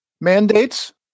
Mandates